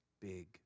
big